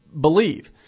believe